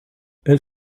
elle